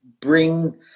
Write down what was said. bring